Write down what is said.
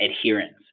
adherence